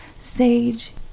Sage